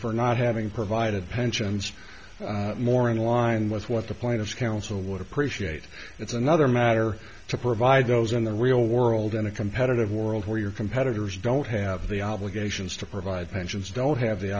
for not having provided pensions more in line with what the point of council would appreciate it's another matter to provide those in the real world in a competitive world where your competitors don't have the obligations to provide pensions don't have the